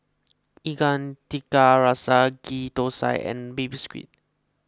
Ikan Tiga Rasa Ghee Thosai and Baby Squid